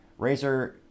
Razer